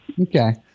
Okay